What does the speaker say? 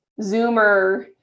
Zoomer